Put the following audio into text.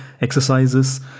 exercises